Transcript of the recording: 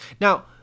Now